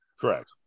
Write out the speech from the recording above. Correct